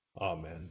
Amen